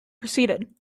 proceeded